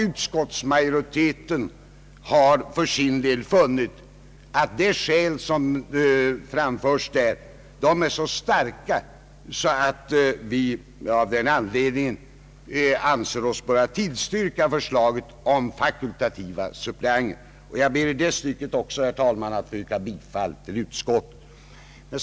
Utskottsmajoriteten har för sin del funnit att de skäl som framförts där är så starka, att vi av den anledningen anser oss böra tillstyrka förslaget om fakultativa suppleanter. Jag ber, herr talman, att i detta stycke få yrka bifall till utskottets hemställan.